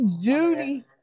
Judy